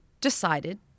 decided